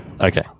Okay